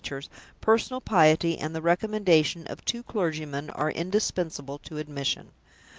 personal piety and the recommendation of two clergymen are indispensable to admission.